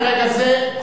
מרגע זה,